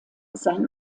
sein